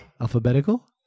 Alphabetical